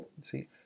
See